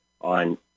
on